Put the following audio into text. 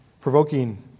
provoking